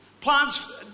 plants